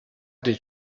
did